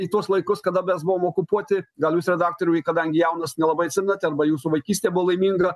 į tuos laikus kada mes buvom okupuoti gal jūs redaktoriau kadangi jaunas nelabai atsimenat arba jūsų vaikystė buvo laiminga